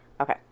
Okay